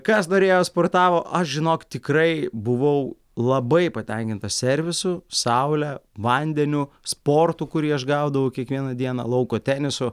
kas norėjo sportavo aš žinok tikrai buvau labai patenkintas servisu saule vandeniu sportu kurį aš gaudavau kiekvieną dieną lauko tenisu